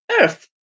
Earth